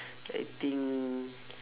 I think